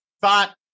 thought